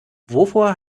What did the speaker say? wovor